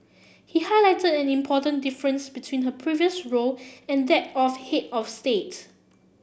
he highlighted an important difference between her previous role and that of head of state